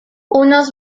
unos